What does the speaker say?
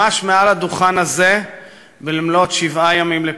ממש מעל דוכן זה במלאות שבעה לפטירתו,